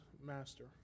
master